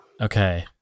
Okay